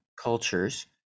cultures